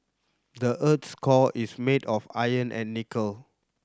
the earth's core is made of iron and nickel